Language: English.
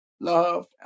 Love